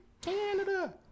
Canada